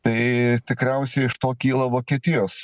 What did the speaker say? tai tikriausiai iš to kyla vokietijos